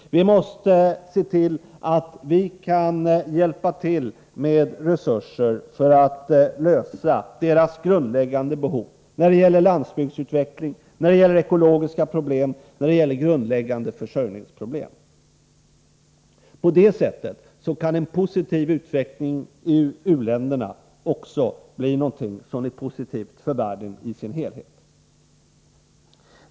Vi måste se till att vi kan bistå dem med resurser för att tillgodose deras grundläggande behov när det gäller landsbygdsutveckling, ekologiska problem och försörjningsproblem. På det sättet kan en positiv utveckling i u-länderna bli något som är positivt också för världen i dess helhet.